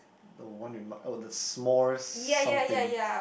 the one in oh the small something